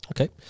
Okay